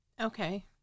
Okay